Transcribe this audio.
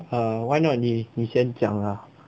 eh why not 你你先讲啦